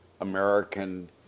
American